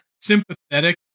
sympathetic